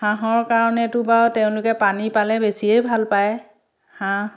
হাঁহৰ কাৰণেতো বাৰু তেওঁলোকে পানী পালে বেছিয়েই ভাল পাই হাঁহ